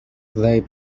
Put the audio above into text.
they